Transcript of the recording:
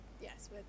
yes